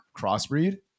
crossbreed